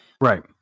Right